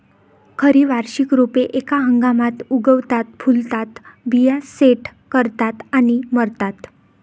खरी वार्षिक रोपे एका हंगामात उगवतात, फुलतात, बिया सेट करतात आणि मरतात